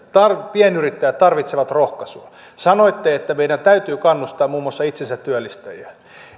pienyrittäjät tarvitsevat rohkaisua sanoitte että meidän täytyy kannustaa muun muassa itsensätyöllistäjiä